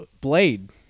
Blade